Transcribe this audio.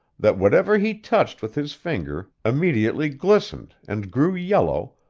that whatever he touched with his finger immediately glistened, and grew yellow,